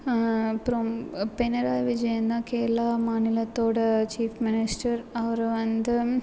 அப்புறம் பினராயி விஜயன் தான் கேரளா மாநிலத்தோடய சீஃப் மினிஸ்டர் அவரு வந்து